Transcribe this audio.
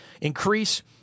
increase